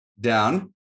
down